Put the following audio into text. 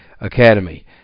Academy